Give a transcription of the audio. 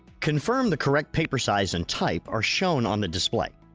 confirm the correct paper size and type are shown on the display.